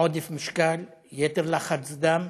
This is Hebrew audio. עודף משקל, יתר לחץ דם,